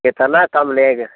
कितना कम लेंगे